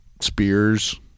spears